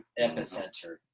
epicenter